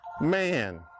man